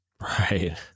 Right